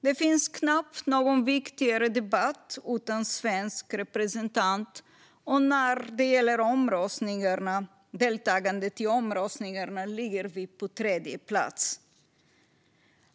Det finns knappt någon viktigare debatt utan en svensk representant, och när det gäller deltagande i omröstningarna ligger vi på tredje plats.